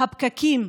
הפקקים,